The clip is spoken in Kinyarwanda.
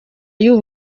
y’u